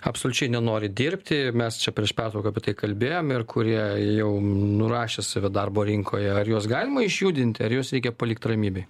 absoliučiai nenori dirbti mes čia prieš pertrauką apie tai kalbėjom ir kurie jau nurašė save darbo rinkoje ar juos galima išjudinti ar juos reikia palikt ramybėj